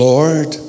Lord